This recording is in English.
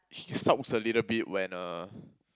she sulks a little bit when uh